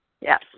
yes